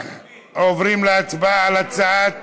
על הצעת